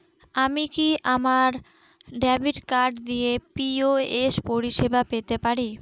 আমি কি আমার ডেবিট কার্ড দিয়ে পি.ও.এস পরিষেবা পেতে পারি?